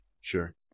sure